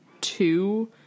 two